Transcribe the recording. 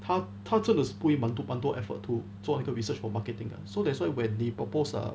他他真的是 put in 满多满多 effort to 做一个 research for marketing lah so that's why when the proposed uh